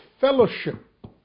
fellowship